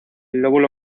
lóbulo